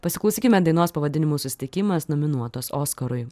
pasiklausykime dainos pavadinimu susitikimas nominuotos oskarui